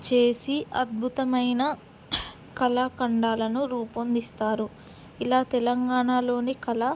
చేసి అద్భుతమైన కళాఖండాలను రూపొందిస్తారు ఇలా తెలంగాణలోని కళ